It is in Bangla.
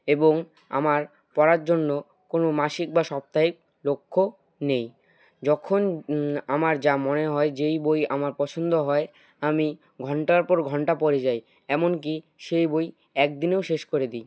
এবং আমার পড়ার জন্য কোনো মাসিক বা সাপ্তাহিক লক্ষ্য নেই যখন আমার যা মনে হয় যেই বই আমার পছন্দ হয় আমি ঘণ্টার পর ঘণ্টা পড়ে যাই এমনকি সেই বই একদিনেও শেষ করে দিই